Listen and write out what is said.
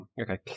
Okay